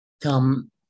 come